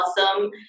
awesome